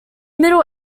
middle